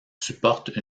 supporte